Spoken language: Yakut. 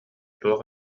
туох